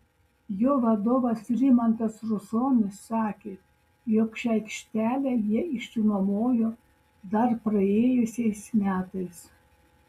jo vadovas rimantas rusonis sakė jog šią aikštelę jie išsinuomojo dar praėjusiais metais